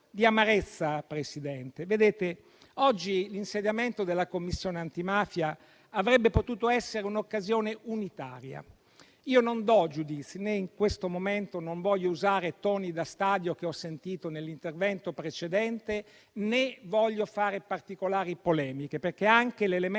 amarezza per il fatto che oggi l'insediamento della Commissione antimafia avrebbe potuto essere un'occasione unitaria. Non do giudizi, né in questo momento voglio usare i toni da stadio che ho sentito nell'intervento precedente, né voglio fare particolari polemiche, perché anche l'elemento